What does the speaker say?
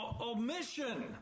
omission